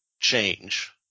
change